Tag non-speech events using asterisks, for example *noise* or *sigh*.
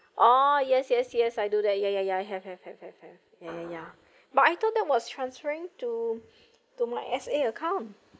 oh yes yes yes I do that ya ya ya have have have have have ya ya ya *breath* but I thought that was transferring to *breath* to my S_A account